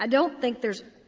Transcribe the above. ah don't think there's